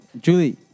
Julie